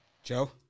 Joe